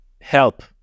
help